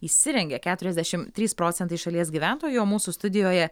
įsirengia keturiasdešimt trys procentai šalies gyventojų o mūsų studijoje